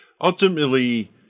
Ultimately